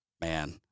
man